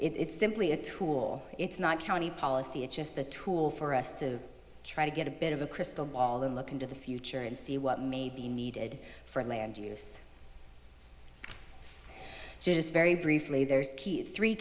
and it's simply a tool it's not county policy it's just a tool for us to try to get a bit of a crystal ball and look into the future and see what may be needed for land use just very briefly there's q three